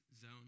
zone